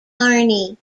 barney